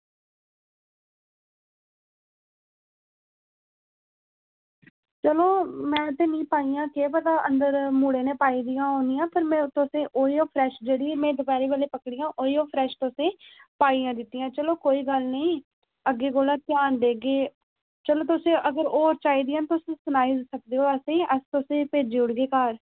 चलो में ते नेईं पाइयां ते केह् पता अंदर मुड़े ने पाई दियां होनियां पर में तुसेंगी उइयो फ्रैश जेह्ड़ी में दपैह्रीं बेल्लै पकड़ियां ओह् ही फ्रैश तुसें ई पाइयै दित्तियां चलो कोई गल्ल नेईं अग्गें कोला ध्यान देगे चलो तुस अगर होर चाहिदियां न तुस सनाएओ सकदे ओ असेंगी अस तुसेंगी भेजी ओड़गे घर